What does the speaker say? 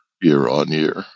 year-on-year